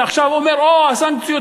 ועכשיו אתה אומר: הסנקציות